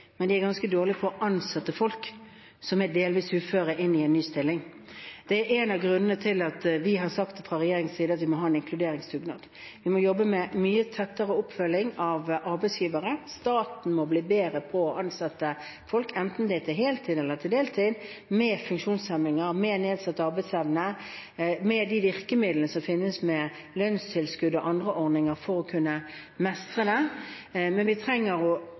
men det er ganske dårlig til å ansette folk som er delvis uføre, i en ny stilling. Det er én av grunnene til at vi, fra regjeringens side, har sagt at vi må ha en inkluderingsdugnad. Vi må ha mye tettere oppfølging av arbeidsgiverne. Staten må bli bedre på å ansette folk – enten det er på heltid eller deltid – med funksjonshemninger eller nedsatt arbeidsevne, med de virkemidlene som finnes, i form av lønnstilskudd og andre ordninger, for å kunne mestre det. Men vi trenger